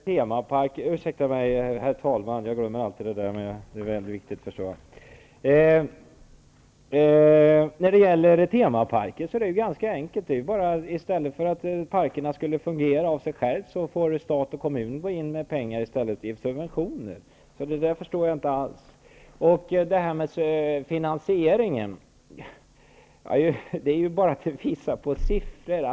Herr talman! När det gäller temaparker är det ganska enkelt. I stället för att parkerna skall fungera av sig självt skall stat och kommun subventionera verksamheten. Det förstår jag inte alls. Vidare har vi frågan om finansieringen. Det är bara att se på siffrorna.